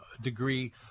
degree